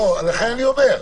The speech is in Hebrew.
זו הבעיה.